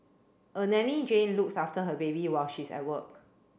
a nanny Jane looks after her baby while she's at work